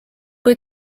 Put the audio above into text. kui